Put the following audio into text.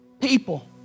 people